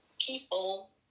people